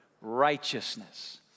righteousness